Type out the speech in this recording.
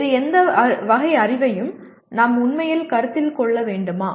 வேறு எந்த வகை அறிவையும் நாம் உண்மையில் கருத்தில் கொள்ள வேண்டுமா